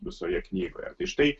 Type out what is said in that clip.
visoje knygoje tai štai